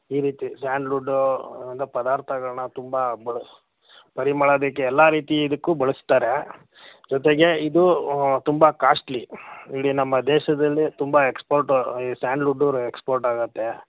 ಈ ರೀತಿ ಸ್ಯಾಂಡ್ಲ್ವುಡ್ಡು ಇಂದ ಪದಾರ್ಥಗಳನ್ನ ತುಂಬ ಬಳ್ಸಿ ಪರಿಮಳದಕ್ಕೆ ಎಲ್ಲ ರೀತಿ ಇದಕ್ಕೂ ಬಳಸ್ತಾರೆ ಜೊತೆಗೆ ಇದು ತುಂಬ ಕಾಸ್ಟ್ಲಿ ಇಲ್ಲಿ ನಮ್ಮ ದೇಶದಲ್ಲಿ ತುಂಬ ಎಕ್ಸ್ಪೋರ್ಟು ಈ ಸ್ಯಾಂಡ್ಲ್ವುಡ್ಡು ರೆ ಎಕ್ಸ್ಪೋರ್ಟ್ ಆಗುತ್ತೆ